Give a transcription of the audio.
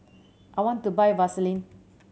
I want to buy Vaselin